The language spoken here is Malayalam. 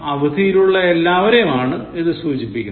അവധിയിലുള്ള എല്ലാരെയും ആണ് ഇത് സൂചിപ്പിക്കുന്നത്